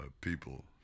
people